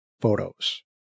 photos